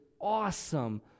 awesome